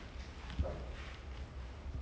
like take the movie lah after that